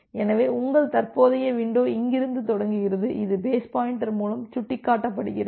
எனவே உங்கள் தற்போதைய வின்டோ இங்கிருந்து தொடங்குகிறது இது பேஸ் பாயின்டர் மூலம் சுட்டிக்காட்டப்படுகிறது